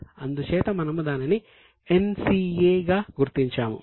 అందుచేత మనము దానిని NCA గా గుర్తించాము